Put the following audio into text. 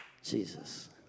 Jesus